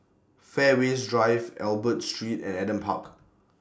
Fairways Drive Albert Street and Adam Park